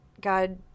God